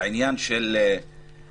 בעניין של הבוקר,